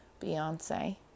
Beyonce